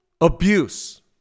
abuse